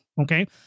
Okay